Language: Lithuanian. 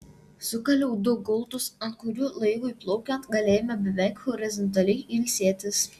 sukaliau du gultus ant kurių laivui plaukiant galėjome beveik horizontaliai ilsėtis